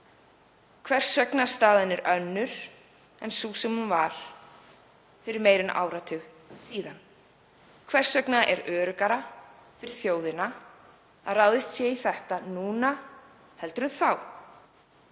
hvers vegna staðan er önnur en hún var fyrir meira en áratug? Hvers vegna er öruggara fyrir þjóðina að ráðist sé í þetta núna en þá?